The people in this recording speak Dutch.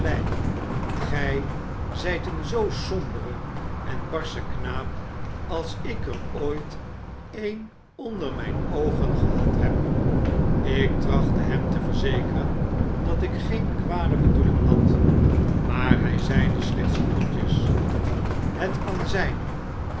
gij zyt een zoo sombere en barsche knaap als ik er ooit een onder mijn oogen gehad neb ik tractitte hem te verzekeren dat ik geen kwade bedoelingen had maar hy zeideslechts koeltjes het kan zyn